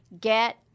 get